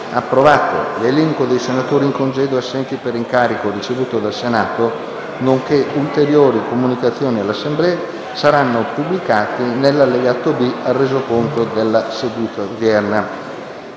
finestra"). L'elenco dei senatori in congedo e assenti per incarico ricevuto dal Senato, nonché ulteriori comunicazioni all'Assemblea saranno pubblicati nell'allegato B al Resoconto della seduta odierna.